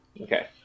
Okay